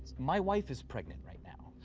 my wife is pregnant right now.